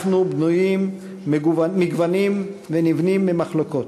אנחנו בנויים מגוונים ונבנים ממחלוקות.